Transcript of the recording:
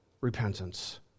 repentance